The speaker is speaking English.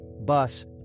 bus